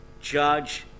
judge